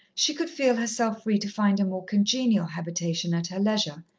she could feel herself free to find a more congenial habitation at her leisure,